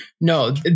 No